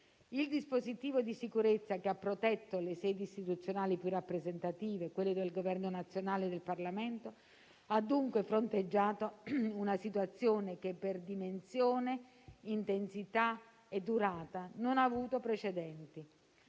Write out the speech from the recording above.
Il dispositivo di sicurezza che ha protetto le sedi istituzionali più rappresentative e quelle del Governo nazionale e del Parlamento ha, dunque, fronteggiato una situazione che, per dimensione, intensità e durata, non ha avuto precedenti.